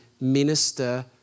minister